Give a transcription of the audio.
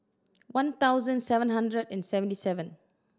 one thousand seven hundred and seventy seven